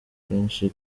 kenshi